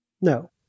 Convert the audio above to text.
No